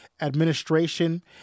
administration